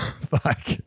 Fuck